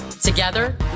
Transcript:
Together